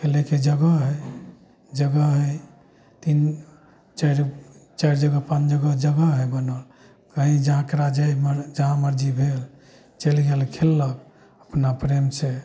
खेलैके जगह हइ जगह हइ तीन चारि चारि जगह पाॅंच जगह जगह हइ बनल कहीं जा जेकरा जहाँ मर्जी भेल चलि गेल खेललक अपना प्रेम से